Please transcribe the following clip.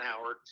Howard